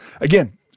Again